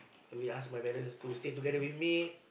maybe ask my parents to stay together with me